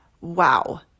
Wow